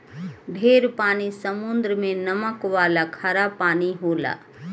ढेर पानी समुद्र मे नमक वाला खारा पानी होला